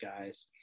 guys